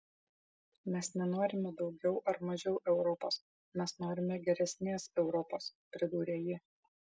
mes nenorime daugiau ar mažiau europos mes norime geresnės europos pridūrė ji